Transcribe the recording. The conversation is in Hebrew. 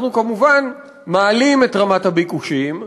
אנחנו כמובן מעלים את רמת הביקושים,